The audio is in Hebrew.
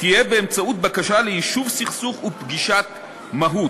תהיה באמצעות בקשה ליישוב סכסוך ופגישת מהו"ת.